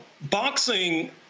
boxing